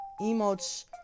emotes